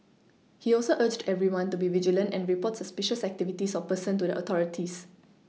he also urged everyone to be vigilant and report suspicious activities or persons to the authorities